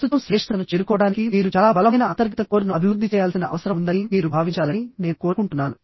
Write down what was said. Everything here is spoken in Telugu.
ప్రస్తుతం శ్రేష్ఠతను చేరుకోవడానికి మీరు చాలా బలమైన అంతర్గత కోర్ను అభివృద్ధి చేయాల్సిన అవసరం ఉందని మీరు భావించాలని నేను కోరుకుంటున్నాను